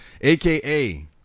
aka